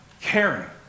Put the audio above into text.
caring